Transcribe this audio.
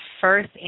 first